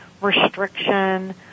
restriction